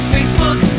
Facebook